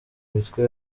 mitwe